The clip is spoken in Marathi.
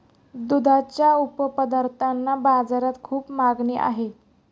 दुधाच्या उपपदार्थांना बाजारात खूप मागणी आहे